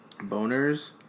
Boners